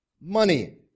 money